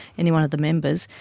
any one of the members.